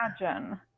imagine